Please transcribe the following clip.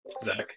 Zach